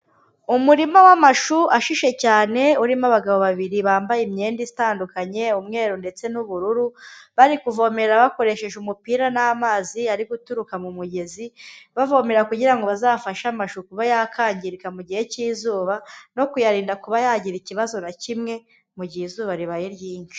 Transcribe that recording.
Umurima w'amashu ashishe cyane urimo abagabo babiri bambaye imyenda itandukanye umweru ndetse n'ubururu. Barikuvomerera bakoresheje umupira n'amazi ariguturuka mu mugezi, bavomerera kugira ngo bazafashe amashu kuba yakangirika mu gihe cy'izuba no kuyarinda kuba yagira ikibazo na kimwe mu gihe izuba ribaye ryinshi.